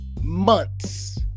months